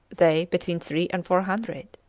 they between three and four hundred.